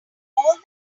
all